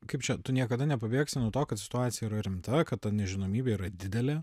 kaip čia tu niekada nepabėgsi nuo to kad situacija yra rimta kad ta nežinomybė yra didelė